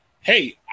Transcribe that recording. hey